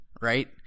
right